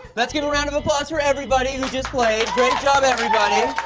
let's give a round of applause for everybody who just played. great job everybody!